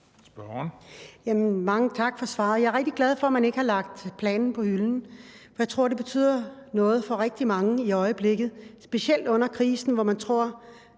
Mange tak for svaret. Jeg er rigtig glad for, at man ikke har lagt planen på hylden, for jeg tror, det betyder noget for rigtig mange i øjeblikket, specielt under krisen, hvor man tror,